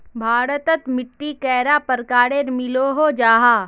भारत तोत मिट्टी कैडा प्रकारेर मिलोहो जाहा?